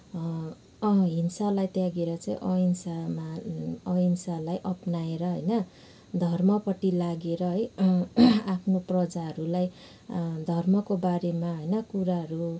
हिंसालाई त्यागेर चाहिँ अहिंसामा अहिंसालाई अपनाएर होइन धर्मपट्टि लागेर है आफ्नो प्रजाहरूलाई धर्मको बारेमा होइन कुराहरू